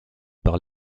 par